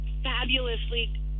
fabulously